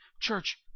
Church